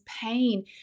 pain